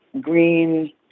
green